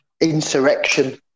insurrection